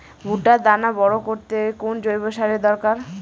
ভুট্টার দানা বড় করতে কোন জৈব সারের দরকার?